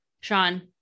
sean